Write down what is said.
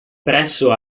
presso